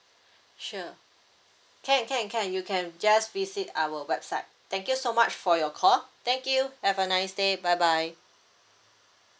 sure can can can you can just visit our website thank you so much for your call thank you have a nice day bye bye